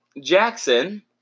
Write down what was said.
Jackson